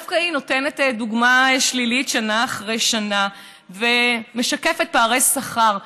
דווקא היא נותנת דוגמה שלילית שנה אחרי שנה ומשקפת פערי שכר.